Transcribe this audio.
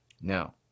now